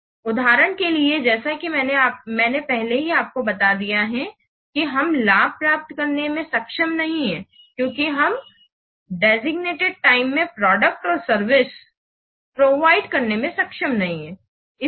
इसलिए उदाहरण के लिए जैसा कि मैंने पहले ही आपको बता दिया है कि हम लाभ प्राप्त करने में सक्षम नहीं हैं क्योंकि हम देसिग्नेटेड टाइम में प्रोडक्ट और सर्विसेज प्रोवाइड करने में सक्षम नहीं हैं